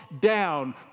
down